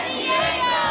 Diego